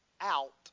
out